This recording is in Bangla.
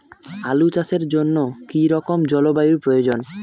আলু চাষের জন্য কি রকম জলবায়ুর প্রয়োজন?